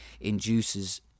induces